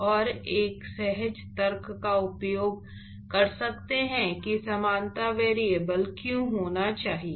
और एक सहज तर्क का उपयोग कर सकते है कि यह समानता वेरिएबल क्यों होना चाहिए